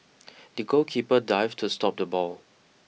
the goalkeeper dived to stop the ball